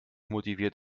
motiviert